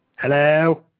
Hello